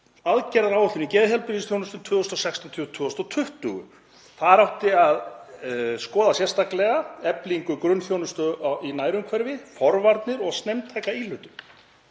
aðgerðaáætlun í geðheilbrigðisþjónustu til 2016–2020. Þar átti að skoða sérstaklega eflingu grunnþjónustu í nærumhverfi, forvarnir og snemmtæka íhlutun.